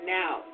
now